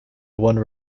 one